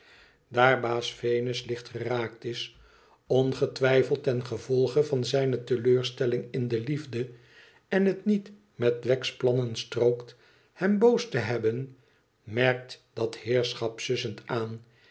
daar baas venus lichtgeraakt is ongetwijfeld ten gevolge van zijne teleurstelling in de liefde en het niet met wegg's plannen strookt hem boos te hebben merkt dat heerschap sussend aan